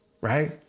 right